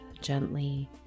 gently